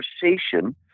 conversation